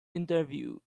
interview